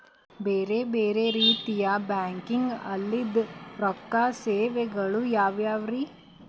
ಬೇರೆ ಬೇರೆ ರೀತಿಯ ಬ್ಯಾಂಕಿಂಗ್ ಅಲ್ಲದ ರೊಕ್ಕ ಸೇವೆಗಳು ಯಾವ್ಯಾವ್ರಿ?